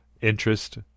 interest